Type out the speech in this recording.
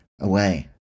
away